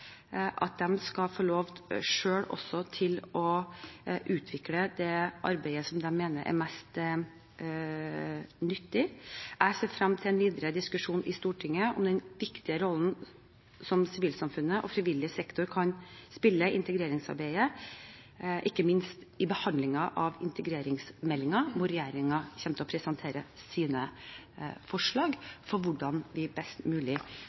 at de selv skal få lov til å utvikle det arbeidet de mener er mest nyttig. Jeg ser frem til en videre diskusjon i Stortinget om den viktige rollen sivilsamfunnet og frivillig sektor kan spille i integreringsarbeidet, ikke minst gjennom behandlingen av integreringsmeldingen, der regjeringen kommer til å presentere sine forslag til hvordan vi best mulig